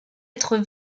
être